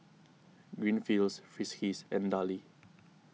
Greenfields Friskies and Darlie